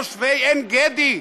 תושבי עין גדי,